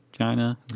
China